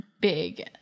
big